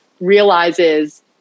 realizes